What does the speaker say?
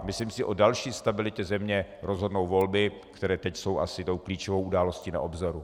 Myslím si, že o další stabilitě země rozhodnou volby, které teď jsou asi klíčovou událostí na obzoru.